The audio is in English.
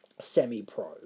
semi-pro